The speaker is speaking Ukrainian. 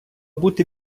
бути